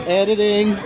editing